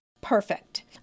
Perfect